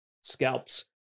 scalps